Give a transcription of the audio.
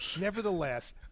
Nevertheless